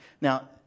Now